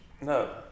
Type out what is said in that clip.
No